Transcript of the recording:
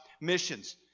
missions